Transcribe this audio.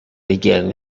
again